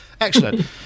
excellent